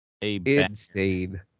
Insane